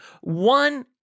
one